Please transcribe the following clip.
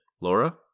Laura